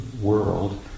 world